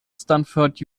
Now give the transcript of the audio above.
stanford